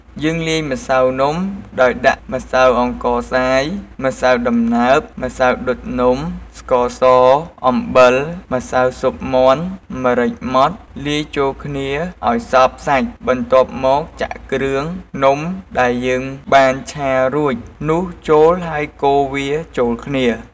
យើងលាយម្សៅនំដោយដាក់ ម្សៅអង្ករខ្សាយ ម្សៅដំណើប ម្សៅដុតនំ ស្ករស អំបិល ម្សៅស៊ុបមាន់ ម្រេចម៉ដ្ឋ លាយចូលគ្នាឱ្យសព្វសាច់ បន្ទាប់មកចាក់គ្រឿងនំដែលយើងបានឆារួចនោះចូលហើយកូរវាចូលគ្នា។